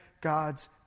God's